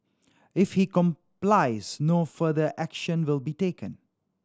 if he complies no further action will be taken